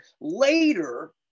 later